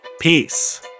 Peace